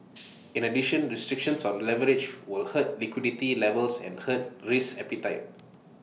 in addition restrictions on leverage will hurt liquidity levels and hurt risk appetite